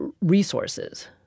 resources